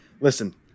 listen